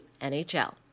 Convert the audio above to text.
NHL